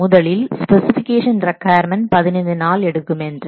முதலில் specification requirement 15 நாள் எடுக்கும் என்று